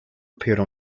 appeared